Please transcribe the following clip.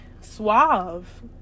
suave